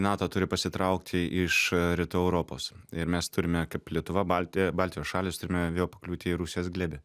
nato turi pasitraukti iš rytų europos ir mes turime kaip lietuva baltija baltijos šalys turime vėl pakliūti į rusijos glėbį